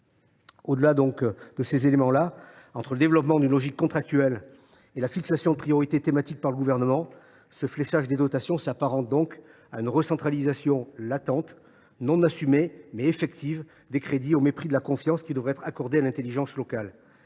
des textes initiaux. Entre le développement d’une logique contractuelle et la fixation de priorités thématiques par le Gouvernement, ce « fléchage » des dotations s’apparente donc à une « recentralisation » latente,… Eh oui !… non assumée, mais effective des crédits, au mépris de la confiance qui devrait être accordée à l’intelligence locale.